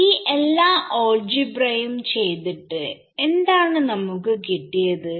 ഈ എല്ലാ ആൾജിബ്രാ യും ചെയ്തിട്ട് എന്താണ് നമുക്ക് കിട്ടിയത്